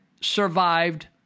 survived